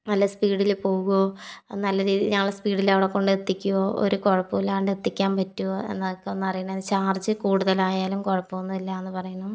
നല്ല സ്പീഡിൽ പോകുമോ നല്ല രീതി ഞങ്ങളെ സ്പീഡിൽ അവിടെ കൊണ്ട് എത്തിക്കുമോ ഒരു കുഴപ്പമില്ലാണ്ട് എത്തിക്കാൻ പറ്റുമോ എന്നൊക്കെ ഒന്ന് അറിയുന്നതിന് ചാർജ് കൂടുതലായാലും കുഴപ്പമൊന്നുമില്ലയെന്ന് പറയുന്നു